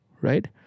right